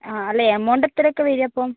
ആ അല്ല എമൗണ്ട് എത്രയൊക്കെയാണ് വരിക അപ്പം